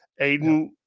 Aiden